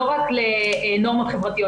לא רק לנורמות חברתיות.